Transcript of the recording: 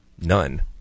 none